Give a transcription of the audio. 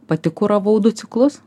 pati kuravau du ciklus